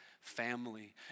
family